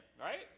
right